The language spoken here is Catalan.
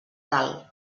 tal